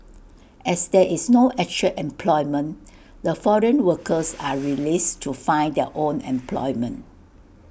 as there is no actual employment the foreign workers are released to find their own employment